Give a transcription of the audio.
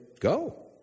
Go